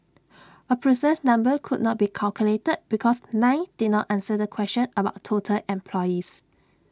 A precise number could not be calculated because nine did not answer the question about total employees